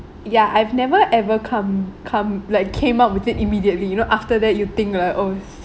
ya I've never ever come come like came up with it immediately you know after that you think right oh